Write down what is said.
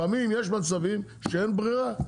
לפעמים, יש מצבים, שאין ברירה.